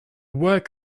work